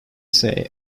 say